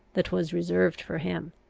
that was reserved for him.